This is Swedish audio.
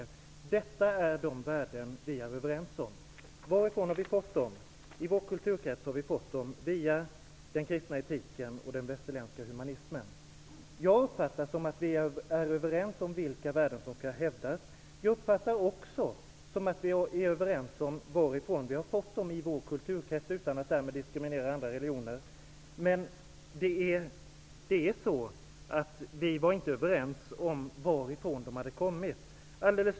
Detta är de värden vi är överens om. Varifrån har vi då fått dem? I vår kulturkrets har vi fått dem via den kristna etiken och den västerländska humanismen. Jag uppfattar det som att vi är överens om vilka värden som skall hävdas. Jag uppfattar det också som att vi är överens om varifrån vi har fått dem i vår kulturkrets, utan att därmed diskriminera andra religioner. Men vi var inte överens om varifrån de hade kommit.